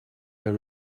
her